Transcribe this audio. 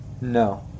No